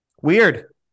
Weird